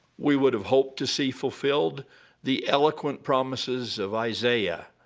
we would have hoped to see fulfilled the eloquent promises of isaiah,